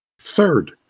Third